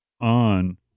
on